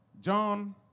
John